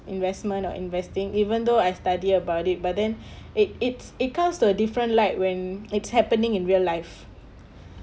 investment or investing even though I study about it but then it it's it comes to a different light when it's happening in real life